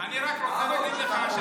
אני מוכן לשבת איתך.